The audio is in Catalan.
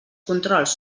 controls